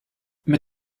mit